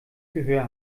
gehör